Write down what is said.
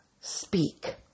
speak